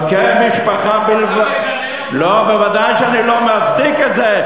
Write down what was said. ודאי שאני לא מצדיק את זה,